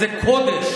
הוא אמר את זה לכולנו.